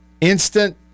Instant